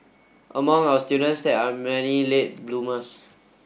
among our students there are many late bloomers